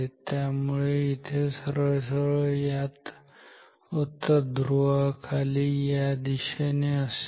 त्यामुळे इथे सरळ सरळ यात उत्तर ध्रुवा खाली या दिशेने असेल